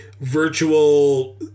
virtual